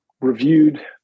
reviewed